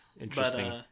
interesting